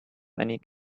many